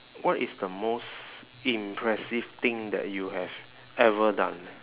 what is the most impressive thing that you have ever done